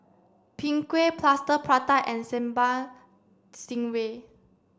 Png Kueh Plaster Prata and Sambal Stingray